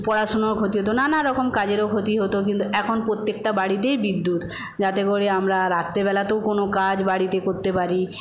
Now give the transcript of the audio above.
পড়াশুনার ক্ষতি হত নানারকম কাজেরও ক্ষতি হত কিন্তু এখন প্রত্যেকটা বাড়িতেই বিদ্যুৎ যাতে করে আমরা রাত্রেবেলাতেও কোনো কাজ বাড়িতে করতে পারি